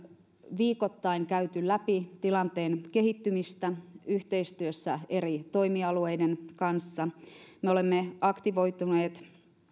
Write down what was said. viikoittain käyty läpi tilanteen kehittymistä yhteistyössä eri toimialueiden kanssa me olemme aktivoituneet